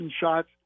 shots